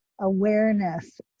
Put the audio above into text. awareness